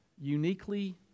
uniquely